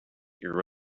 your